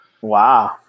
Wow